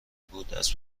بوداز